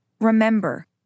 Remember